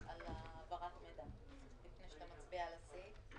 מי נמנע?